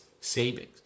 savings